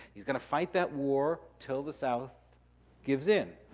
he's gonna fight that war till the south gives in.